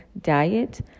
diet